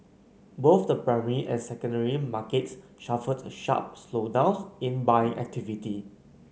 both the primary and secondary markets suffered sharp slowdowns in buying activity